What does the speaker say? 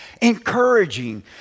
Encouraging